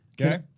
Okay